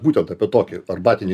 būtent apie tokį arbatinį